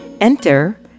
Enter